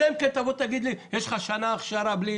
אלא אם כן תגיד לי שתאפשר שנה הכשרה בלי